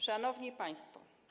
Szanowni Państwo!